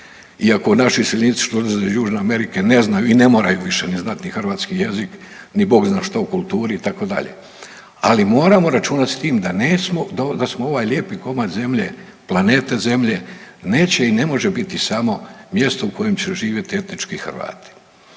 Južne Amerike ne znaju i ne moraju više ni znati ni hrvatski jezik ni Bog zna što o kulturi, itd. Ali, moramo računati s tim da nećemo, da smo ovaj lijepi komad zemlje, planete Zemlje, neće i ne može biti samo mjesto u kojem će živjeti etnički Hrvati